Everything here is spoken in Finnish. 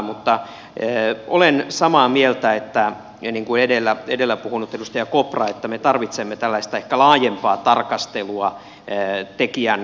mutta olen samaa mieltä kuin edellä puhunut edustaja kopra että me tarvitsemme tällaista ehkä laajempaa tarkastelua tekijänoikeuskysymyksiin